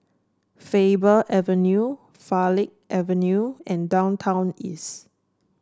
Faber Avenue Farleigh Avenue and Downtown East